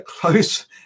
close